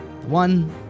One